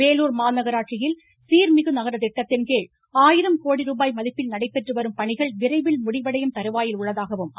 வேலூர் மாநகராட்சியில் சீர்மிகு நகர திட்டத்தின் கீழ் ஆயிரம் கோடி ரூபாய் மதிப்பில் நடைபெற்று வரும் பணிகள் விரைவில் முடிவடையும் தருவாயில் உள்ளதாக அமைச்சர் கூறினார்